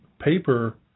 paper